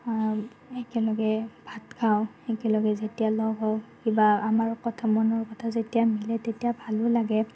একেলগে ভাত খাওঁ একেলগে যেতিয়া লগ হওঁ বা আমাৰ কথা মনৰ কথা যেতিয়া মিলে তেতিয়া ভালো লাগে